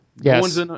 Yes